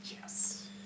Yes